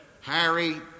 Harry